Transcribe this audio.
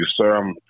sir